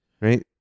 Right